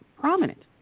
prominent